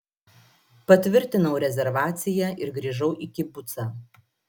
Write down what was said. patvirtinau rezervaciją ir grįžau į kibucą